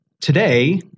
today